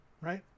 Right